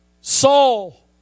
Saul